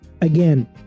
again